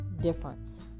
difference